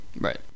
Right